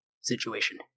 situation